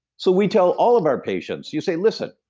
so we tell all of our patients, you say, listen,